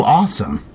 awesome